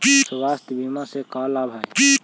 स्वास्थ्य बीमा से का लाभ है?